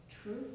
truth